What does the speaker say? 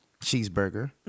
cheeseburger